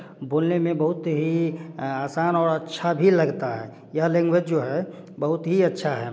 बोलने में बहुत ही आसान और अच्छा भी लगता है यह लैंग्वेज जो है बहुत ही अच्छा है